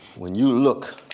when you look